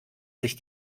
sich